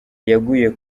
yaguye